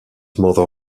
mother